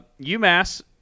UMass